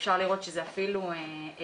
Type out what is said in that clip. אפשר לראות שזה אפילו באלפים.